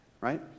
Right